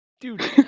Dude